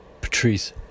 Patrice